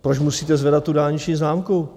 Proč musíte zvedat tu dálniční známku?